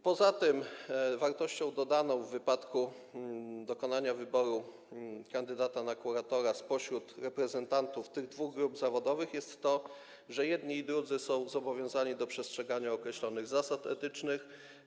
Poza tym wartością dodaną w wypadku dokonania wyboru kandydata na kuratora spośród reprezentantów tych dwóch grup zawodowych jest to, że jedni i drudzy są zobowiązani do przestrzegania określonych zasad etycznych.